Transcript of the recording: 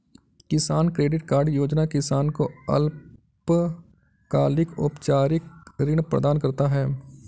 किसान credit card योजना किसान को अल्पकालिक औपचारिक ऋण प्रदान करता है